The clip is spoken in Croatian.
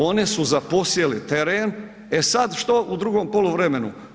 Oni su zaposjeli teren, e sad što u drugom poluvremenu?